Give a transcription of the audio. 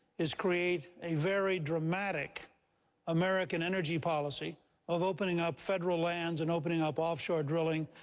is create a very dramatic american energy policy of opening up federal lands and opening up offshore drilling,